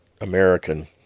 American